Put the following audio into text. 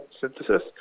synthesis